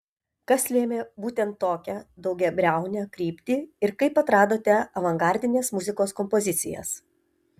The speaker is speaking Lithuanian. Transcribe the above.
kas lėmė būtent tokią daugiabriaunę kryptį ir kaip atradote avangardinės muzikos kompozicijas